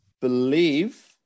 believe